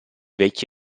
vecchi